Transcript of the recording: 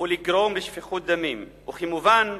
ולגרום לשפיכות דמים, וכמובן,